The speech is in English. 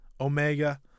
Omega